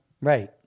Right